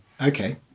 Okay